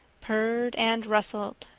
purred and rustled.